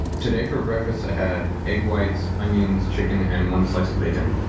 today for breakfast i had egg whites, onions, chicken, and one slice of bacon.